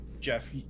Jeff